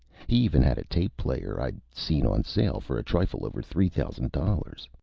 he even had a tape player i'd seen on sale for a trifle over three thousand dollars.